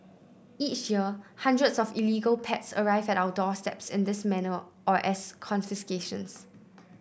each year hundreds of illegal pets arrive at our doorsteps in this manner or as confiscations